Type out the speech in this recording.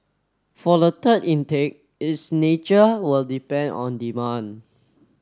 for the third intake its nature will depend on demand